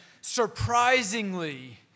surprisingly